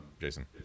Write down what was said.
jason